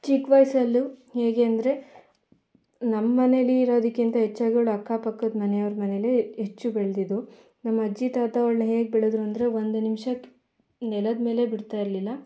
ಚಿಕ್ಕ ವಯಸಲ್ಲೂ ಹೇಗೆ ಅಂದರೆ ನಮ್ಮನೇಲಿರೋದಕ್ಕಿಂತ ಹೆಚ್ಚಾಗಿ ಅವಳು ಅಕ್ಕ ಪಕ್ಕದ ಮನೇವ್ರು ಮನೇಲೆ ಹೆಚ್ಚು ಬೆಳೆದಿದ್ದು ನಮ್ಮಜ್ಜಿ ತಾತ ಅವ್ಳನ್ನ ಹೇಗೆ ಬೆಳೆದರು ಅಂದರೆ ಒಂದು ನಿಮಿಷ ನೆಲದ ಮೇಲೆ ಬಿಡ್ತಾಯಿರ್ಲಿಲ್ಲ